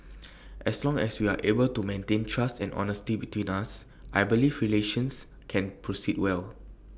as long as we are able to maintain trust and honesty between us I believe relations can proceed well